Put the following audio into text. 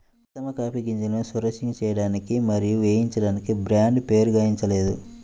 ఉత్తమ కాఫీ గింజలను సోర్సింగ్ చేయడానికి మరియు వేయించడానికి బ్రాండ్ పేరుగాంచలేదు